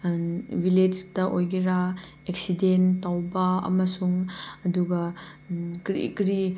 ꯚꯤꯂꯦꯖꯇ ꯑꯣꯏꯒꯦꯔꯥ ꯑꯦꯛꯁꯤꯗꯦꯟ ꯇꯧꯕ ꯑꯃꯁꯨꯡ ꯑꯗꯨꯒ ꯀꯔꯤ ꯀꯔꯤ